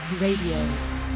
RADIO